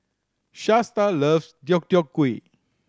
Shasta loves Deodeok Gui